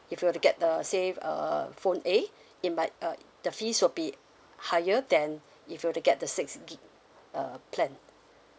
if you were to get the same um phone A it might uh the fees will be higher than if you were to get the six gig uh plan